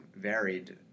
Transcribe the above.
varied